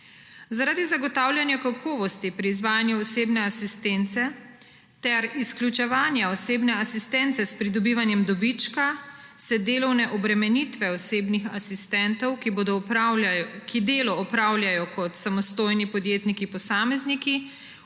Zaradi zagotavljanja kakovosti pri izvajanju osebne asistence ter izključevanja osebne asistence s pridobivanjem dobička se delovne obremenitve osebnih asistentov, ki delo opravljajo kot samostojni podjetniki posamezniki,